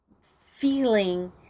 feeling